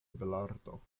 belarto